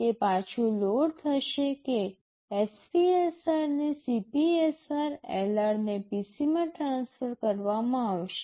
તે પાછું લોડ થશે કે SPSR ને CPSR LR ને PC માં ટ્રાન્સફર કરવામાં આવશે